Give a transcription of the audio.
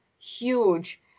huge